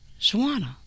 Shawana